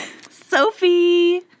Sophie